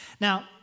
Now